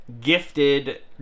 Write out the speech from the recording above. Gifted